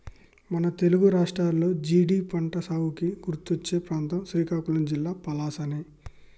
మన తెలుగు రాష్ట్రాల్లో జీడి పంటసాగుకి గుర్తుకొచ్చే ప్రాంతం శ్రీకాకుళం జిల్లా పలాసనే